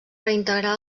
reintegrar